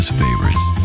favorites